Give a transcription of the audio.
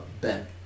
Ben